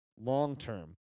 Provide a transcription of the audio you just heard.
long-term